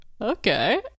Okay